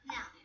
Now